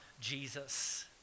Jesus